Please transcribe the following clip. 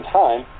time